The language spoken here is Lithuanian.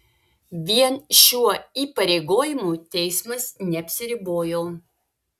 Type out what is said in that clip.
vien šiuo įpareigojimu teismas neapsiribojo